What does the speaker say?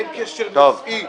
אין קשר נושאי.